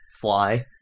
Fly